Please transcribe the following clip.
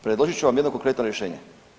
Predložit ću vam jedno konkretno rješenje.